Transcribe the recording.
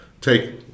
take